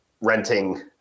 renting